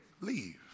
leave